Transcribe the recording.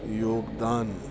योगदानु